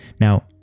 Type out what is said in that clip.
Now